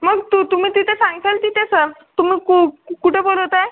मग तु तुम्ही तिथे सांगशाल तिथे सर तुम्ही कु कुठपर्यंत आहे